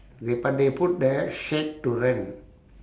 wait but they put there shack to rent